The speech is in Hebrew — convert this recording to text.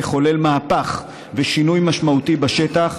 לחולל מהפך ושינוי משמעותי בשטח,